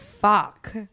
fuck